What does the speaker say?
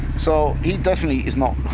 so he definitely is not,